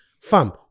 fam